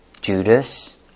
Judas